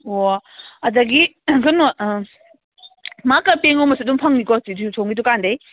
ꯑꯣ ꯑꯗꯒꯤ ꯀꯩꯅꯣ ꯃꯔꯀꯔ ꯄꯦꯟꯒꯨꯝꯕꯁꯨ ꯑꯗꯨꯝ ꯐꯪꯅꯤꯀꯣ ꯁꯤꯁꯨ ꯁꯣꯝꯒꯤ ꯗꯨꯀꯥꯟꯗꯩ